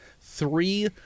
three